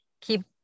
keep